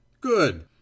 Good